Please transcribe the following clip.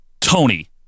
Tony